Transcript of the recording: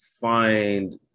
find